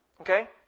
Okay